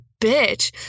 bitch